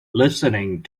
listening